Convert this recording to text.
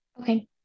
Okay